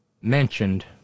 mentioned